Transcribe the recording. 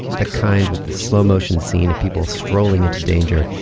the kind with the slow-motion scene of people strolling into danger,